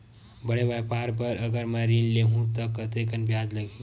बड़े व्यापार बर अगर मैं ऋण ले हू त कतेकन ब्याज लगही?